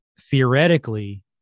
theoretically